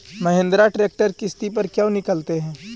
Mahindra tractor किसति पर क्यों निकालते हैं?